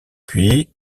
puis